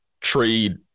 trade